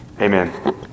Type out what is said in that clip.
Amen